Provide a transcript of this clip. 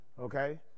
okay